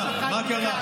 מה, מה קרה?